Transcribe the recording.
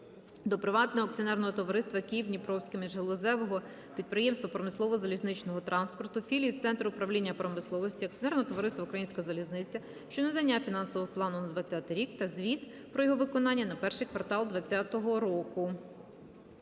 до Приватного акціонерного товариства "Київ-Дніпровське міжгалузеве підприємство промислового залізничного транспорту", Філії "Центр управління промисловістю" Акціонерного товариства "Українська залізниця" щодо надання фінансового плану на 2020 рік та звіт про його виконання за перший квартал 2020 року.